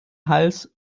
hals